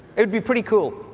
it would be pretty cool.